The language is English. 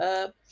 up